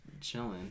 chilling